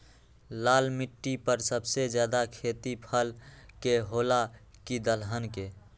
लाल मिट्टी पर सबसे ज्यादा खेती फल के होला की दलहन के?